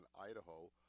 Idaho